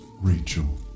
Rachel